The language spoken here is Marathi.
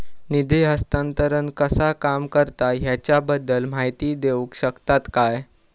निधी हस्तांतरण कसा काम करता ह्याच्या बद्दल माहिती दिउक शकतात काय?